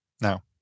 now